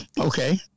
Okay